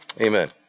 Amen